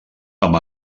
amb